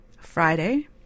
Friday